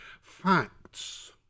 facts